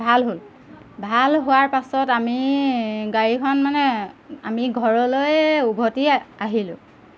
ভাল হ'ল ভাল হোৱাৰ পাছত আমি গাড়ীখন মানে আমি ঘৰলৈ উভটি আহিলোঁ